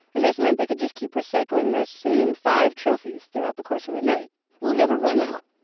and this meant they could just keep recycling those same five trophies throughout the course of the night we'll never run out.